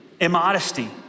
immodesty